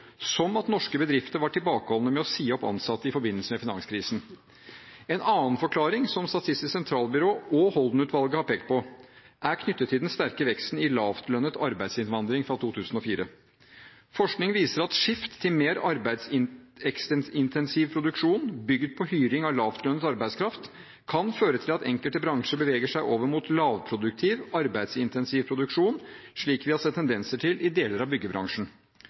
som at norske bedrifter var tilbakeholdne med å si opp ansatte i forbindelse med finanskrisen. En annen forklaring som Statistisk sentralbyrå og Holden-utvalget har pekt på, er knyttet til den sterke veksten i lavtlønt arbeidsinnvandring fra 2004. Forskning viser at skiftet til mer arbeidsintensiv produksjon bygget på hyring av lavtlønt arbeidskraft, kan føre til at enkelte bransjer beveger seg over mot lavproduktiv, arbeidsintensiv produksjon, slik vi har sett tendenser til i deler av byggebransjen.